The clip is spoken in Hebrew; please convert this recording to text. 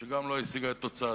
היא גם לא השיגה את תוצאתה,